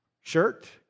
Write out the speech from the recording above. shirt